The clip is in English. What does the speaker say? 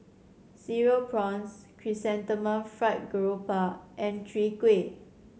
Cereal Prawns Chrysanthemum Fried Garoupa and Chwee Kueh